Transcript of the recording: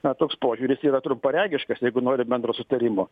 na toks požiūris yra trumparegiškas jeigu norim bendro sutarimo